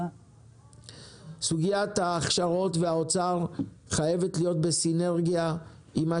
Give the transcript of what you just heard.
סוגיית ההכשרות והאוצר חייבת להיות בסינרגיה עם מה